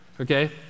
Okay